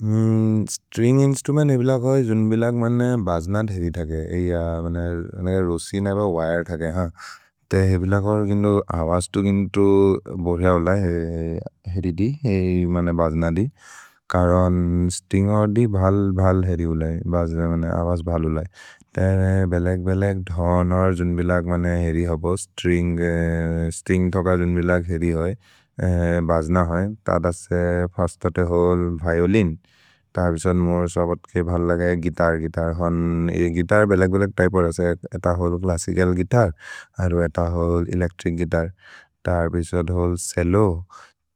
String instrument हे बिलग् होइ, जुन् बिलग् मने भज्न धेरि थके, ए य, मने रोसिन् एब विरे थके, हान्। ते हे बिलग् होइ, गिन्दो अवस् तु गिन्तो बोर्हौ लै हेरि दि, हेइ मने भज्न दि, करोन् स्त्रिन्ग् ओर्दि भल् भल् हेरि उलै, भज्ने मने अवस् भल् उलै। ते बेलेग्-बेलेग् धोन् और् जुन् बिलग् मने हेरि होबो, स्त्रिन्ग्, स्तिन्ग् थोक जुन् बिलग् हेरि होइ, भज्न होइ, तद् असे फिर्स्त् थोते होल् विओलिन्। तर् पिशोद् मोर् सबत् के भल् लगय्, गितर्, गितर्, हान् ये गितर् बिलग्-बिलग् त्य्पे और् असे, एत होल् च्लस्सिचल् गुइतर्। अरो एत होल् एलेच्त्रिच् गुइतर्, तर् पिशोद् होल् चेल्लो,